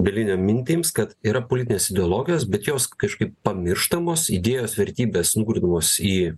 bielinio mintims kad yra politinės ideologijos bet jos kažkaip pamirštamos idėjos vertybės nugrūdamos į